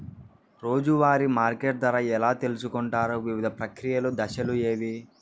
రోజూ వారి మార్కెట్ ధర ఎలా తెలుసుకొంటారు వివిధ ప్రక్రియలు దశలు ఏవి?